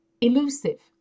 elusive